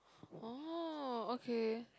oh okay